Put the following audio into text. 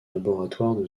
laboratoire